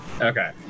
Okay